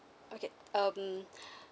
okay um